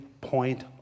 point